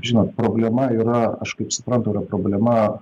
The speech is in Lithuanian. žinot problema yra aš kaip suprantu yra problema